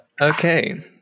Okay